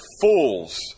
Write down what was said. fools